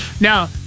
now